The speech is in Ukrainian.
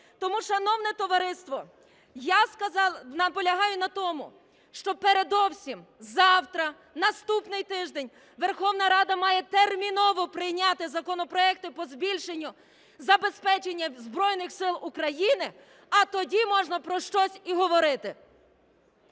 Тому, шановне товариство, наполягаю на тому, що передовсім завтра, наступний тиждень Верховна Рада має терміново прийняти законопроекти по збільшенню забезпечення Збройних Сил України, а тоді можна про щось і говорити.